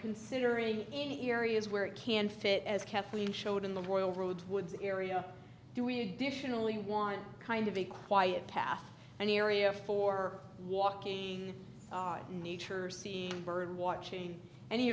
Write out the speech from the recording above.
considering in the areas where it can fit as kathleen showed in the royal road woods area do we additionally want kind of a quiet path an area for walking in nature seeing birdwatching any